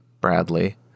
Bradley